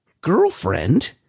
girlfriend